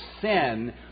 sin